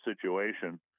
situation